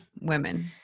women